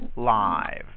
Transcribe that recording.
live